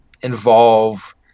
involve